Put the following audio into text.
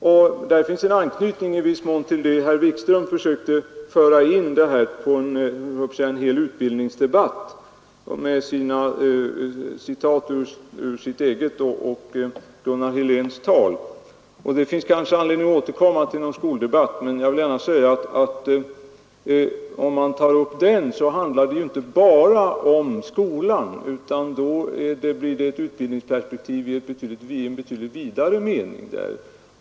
Det finns i viss mån en anknytning till den debatt om hela utbildningen som herr Wikström försökte få i gång med sina citat ur sitt eget och Gunnar Heléns anföranden. Det är kanske anledning att återkomma till en debatt om hela skolan, men tar man upp den bör man ha klart för sig att det inte bara handlar om skolan, utan med i bilden måste finnas ett utbildningsperspektiv i betydligt vidare mening.